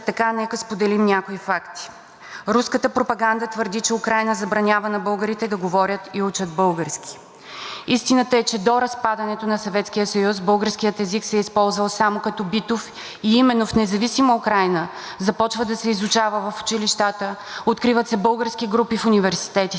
Истината е, че до разпадането на Съветския съюз българският език се е използвал само като битов и именно в независима Украйна започва да се изучава в училищата, откриват се български групи в университетите и именно тогава се създават първите български дружества и организации, започват да се издават вестници, в ефир излизат радио-